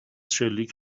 شلیک